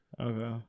Okay